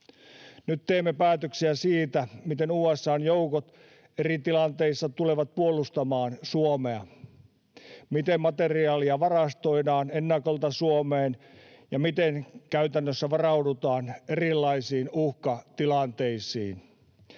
Nyt teemme päätöksiä siitä, miten USA:n joukot eri tilanteissa tulevat puolustamaan Suomea, miten materiaalia varastoidaan ennakolta Suomeen ja miten käytännössä varaudutaan erilaisiin uhkatilanteisiin.